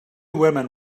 women